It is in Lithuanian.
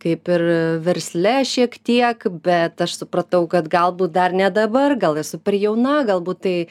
kaip ir versle šiek tiek bet aš supratau kad galbūt dar ne dabar gal esu per jauna galbūt tai